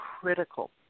critical